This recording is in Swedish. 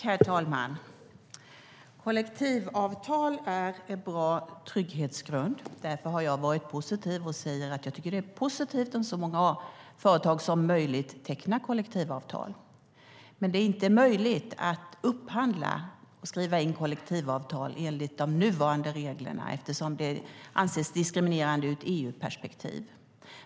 Herr talman! Kollektivavtal är en bra trygghetsgrund. Därför är jag positiv och säger att jag tycker att det är positivt om så många företag som möjligt tecknar kollektivavtal. Men det är inte möjligt att upphandla och skriva in kollektivavtal enligt de nuvarande reglerna, eftersom det anses diskriminerande ur ett EU-perspektiv.